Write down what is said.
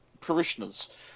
parishioners